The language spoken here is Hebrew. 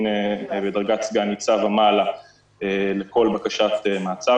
בדרגת סגן ניצב ומעלה לכל בקשת מעצר.